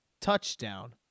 touchdown